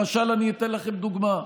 למשל, אני אתן לכם דוגמה.